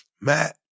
Matt